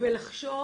ולחשוב